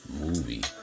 movie